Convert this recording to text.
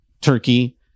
Turkey